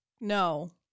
no